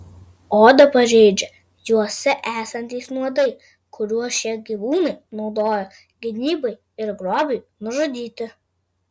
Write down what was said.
odą pažeidžia juose esantys nuodai kuriuos šie gyvūnai naudoja gynybai ir grobiui nužudyti